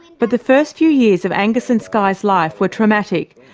but the first few years of angus and skye's life were traumatic,